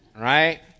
Right